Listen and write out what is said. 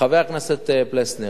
חבר הכנסת פלסנר,